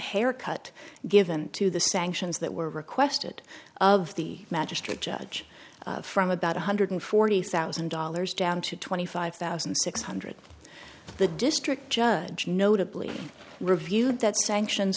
haircut given to the sanctions that were requested of the magistrate judge from about one hundred forty thousand dollars down to twenty five thousand six hundred the district judge notably reviewed that sanctions